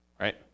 right